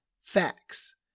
facts